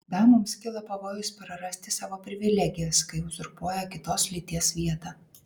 damoms kyla pavojus prarasti savo privilegijas kai uzurpuoja kitos lyties vietą